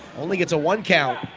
only gets a one count